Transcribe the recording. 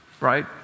right